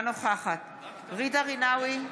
אינה נוכחת ג'ידא רינאוי זועבי,